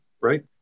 right